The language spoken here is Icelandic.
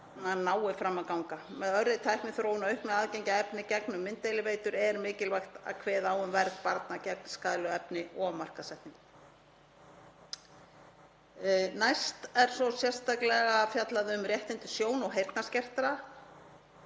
nái fram að ganga. Með örri tækniþróun og auknu aðgengi að m.a. mynddeiliveitum er mikilvægt að kveða á um vernd barna gegn skaðlegu efni og markaðssetningu. Næst er sérstaklega fjallað um réttindi sjón- og heyrnarskertra